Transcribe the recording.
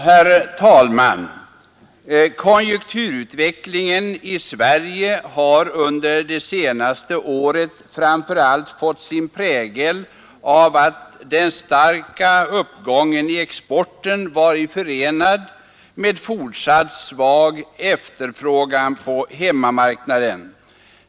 Herr talman! Konjunkturutvecklingen i Sverige har under det senaste året framför allt fått sin prägel av att den starka uppgången i exporten varit förenad med fortsatt svag efterfrågan på hemmamarknaden.